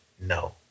no